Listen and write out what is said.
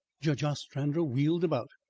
judge ostrander wheeled about,